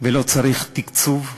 ולא צריך תקצוב,